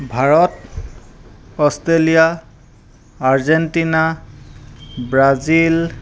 Bharat Australia Argentina Brazil